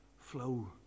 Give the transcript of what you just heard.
flow